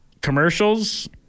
Commercials